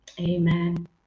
amen